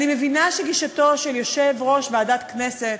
אני מבינה שגישתו של יושב-ראש ועדת הכנסת,